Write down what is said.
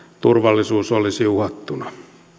turvallisuus olisi uhattuna